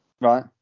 Right